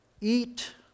eat